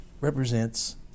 represents